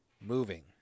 moving